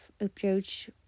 approach